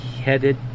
headed